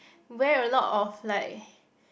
wear a lot of like